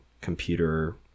computer